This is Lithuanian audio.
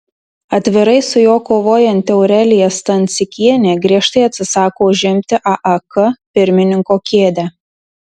atvirai su juo kovojanti aurelija stancikienė griežtai atsisako užimti aak pirmininko kėdę